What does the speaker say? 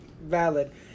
valid